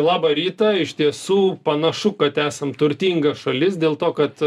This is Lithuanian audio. labą rytą iš tiesų panašu kad esam turtinga šalis dėl to kad